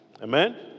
Amen